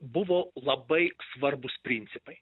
buvo labai svarbūs principai